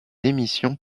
émissions